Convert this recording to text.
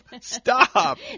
Stop